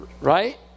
Right